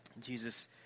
Jesus